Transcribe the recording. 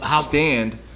stand